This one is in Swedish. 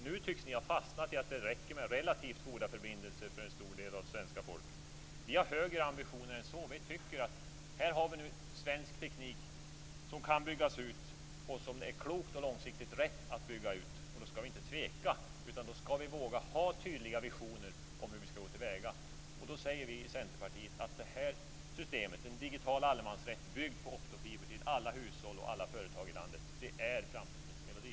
Nu tycks ni ha fastnat i att det räcker med relativt goda förbindelser för en stor del av svenska folket. Vi har högre ambitioner än så. Vi tycker att här har vi nu svensk teknik som kan byggas ut, och som det är klokt och långsiktigt rätt att bygga ut. Då skall vi inte tveka. Då skall vi våga ha tydliga visioner om hur vi skall gå till väga. Vi i Centerpartiet säger att det här systemet, en digital allemansrätt byggd på optofiber till alla hushåll och alla företag i landet, är framtidens melodi.